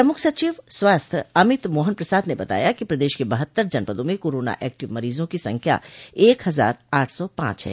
प्रमुख सचिव स्वास्थ्य अमित मोहन प्रसाद ने बताया कि प्रदेश के बहत्तर जनपदों में कोरोना ऐक्टिव मरीजों की संख्या एक हजार आठ सौ पांच है